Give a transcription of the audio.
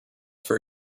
for